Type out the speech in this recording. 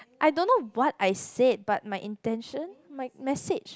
I don't know what I said but my intention my message